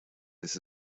this